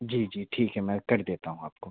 जी जी ठीक है मैं कर देता हूँ आपको